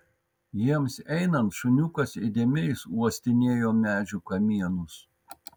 jiems einant šuniukas įdėmiai uostinėjo medžių kamienus